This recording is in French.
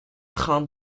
trains